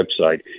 website